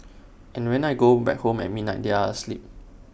and when I go back home at midnight they are asleep